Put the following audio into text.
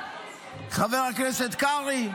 חבר הכנסת קרעי,